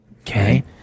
Okay